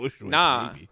Nah